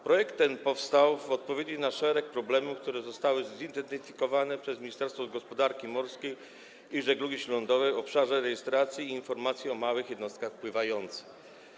Projekt ten powstał w odpowiedzi na szereg problemów, które zostały zidentyfikowane przez Ministerstwo Gospodarki Morskiej i Żeglugi Śródlądowej w obszarze rejestracji i informacji o małych jednostkach pływających.